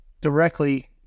directly